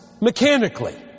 mechanically